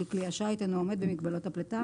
כי כלי השיט אינו עומד במגבלות הפליטה